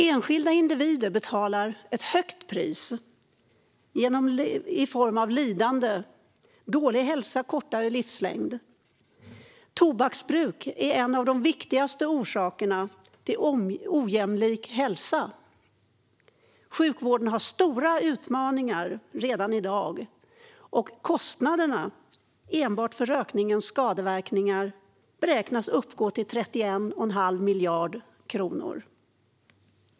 Enskilda individer betalar ett högt pris genom lidande i form av dålig hälsa och kortare livslängd. Tobaksbruk är en av de viktigaste orsakerna till ojämlik hälsa. Sjukvården har stora utmaningar redan i dag, och kostnaderna enbart för rökningens skadeverkningar beräknas uppgå till 31,5 miljarder kronor.